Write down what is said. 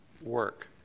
work